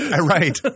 Right